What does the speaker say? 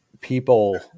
people